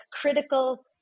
critical